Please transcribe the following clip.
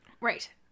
Right